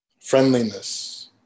friendliness